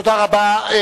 תודה רבה.